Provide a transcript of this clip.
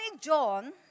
John